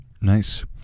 Nice